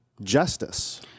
justice